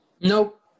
Nope